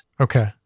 okay